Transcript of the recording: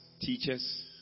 teachers